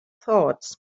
thoughts